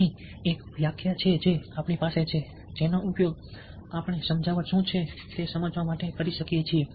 અહીં એક વ્યાખ્યા છે જે આપણી પાસે છે જેનો ઉપયોગ આપણે સમજાવટ શું છે તે સમજવા માટે કરી શકીએ છીએ